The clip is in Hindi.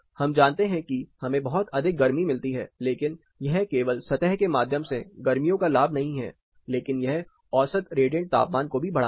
हम जानते हैं कि हमें बहुत अधिक गर्मी मिलती है लेकिन यह केवल सतह के माध्यम से गर्मी का लाभ नहीं है लेकिन यह औसत रेडिएंट तापमान को भी बढ़ाता है